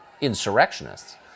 insurrectionists